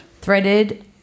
threaded